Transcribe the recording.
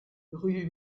rue